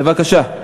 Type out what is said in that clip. בבקשה.